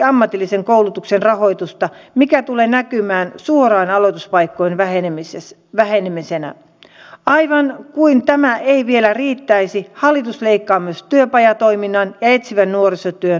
sitten rohkaisisin ministeri rehulaa erityisesti kun hän tuntui olevan vähän jo sitä mieltä kannattaako tässä ollenkaan keskustella jos ovat näkemykset näin kaukana